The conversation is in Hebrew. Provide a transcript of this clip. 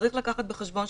צריך לקחת בחשבון,